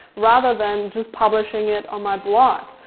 rather than just publishing it on my blog.